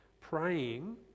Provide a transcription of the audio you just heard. praying